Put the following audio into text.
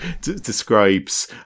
describes